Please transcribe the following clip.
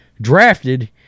drafted